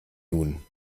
nun